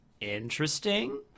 Interesting